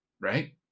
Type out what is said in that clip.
right